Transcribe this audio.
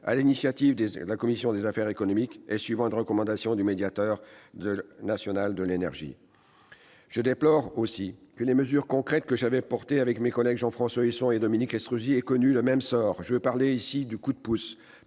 l'initiative de sa commission des affaires économiques, suivait une recommandation du médiateur national de l'énergie. Je déplore aussi que les mesures concrètes que j'avais défendues avec mes collègues Jean-François Husson et Dominique Estrosi Sassone aient connu le même sort ; je veux parler ici des coups de pouce